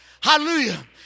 Hallelujah